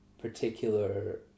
particular